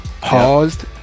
paused